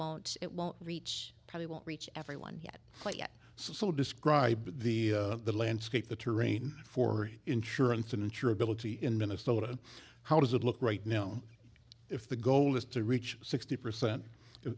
won't it won't reach probably won't reach everyone yet quite yet so describe the landscape the terrain for insurance and insurability in minnesota how does it look right now if the goal is to reach sixty cent